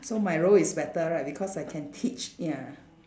so my role is better right because I can teach ya